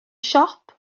siop